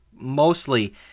mostly